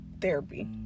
therapy